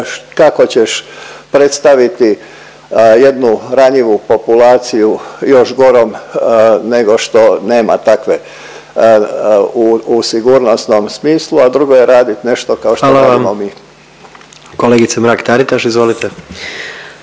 kako ćeš predstaviti jednu ranjivu populaciju još gorom nego što nema takve u sigurnosnom smislu, a drugo je radit nešto kao …/Upadica predsjednik: Hvala vam./… što radimo mi.